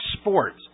Sports